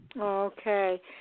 okay